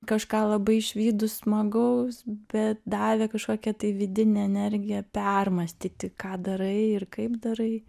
kažką labai išvydus smagaus bet davė kažkokią tai vidinę energiją permąstyti ką darai ir kaip darai